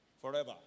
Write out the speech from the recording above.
Forever